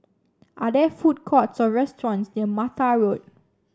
are there food courts or restaurants near Mattar Road